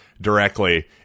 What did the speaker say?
directly